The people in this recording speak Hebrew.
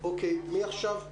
נמרוד,